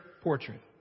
portrait